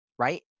Right